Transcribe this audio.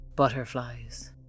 Butterflies